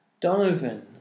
Donovan